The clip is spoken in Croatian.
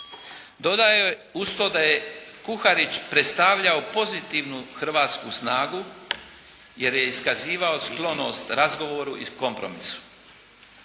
Dodao je uz to da je Kuharić predstavljao pozitivnu hrvatsku snagu jer je iskazivao sklonost razgovoru i kompromisu.